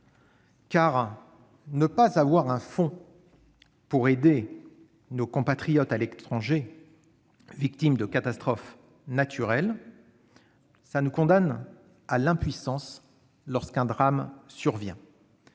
Ne pas disposer d'un fonds pour aider nos compatriotes établis à l'étranger victimes de catastrophes naturelles nous condamne à l'impuissance lorsqu'un drame survient.